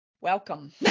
welcome